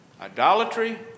Idolatry